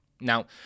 Now